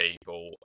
people